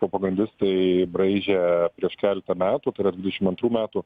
propagandistai braižė prieš keletą metų tai yra dvidešimt antrų metų